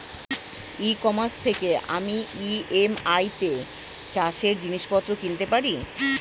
ই commerce থেকে আমি EMI তে চাষে জিনিসপত্র কিনতে পারব?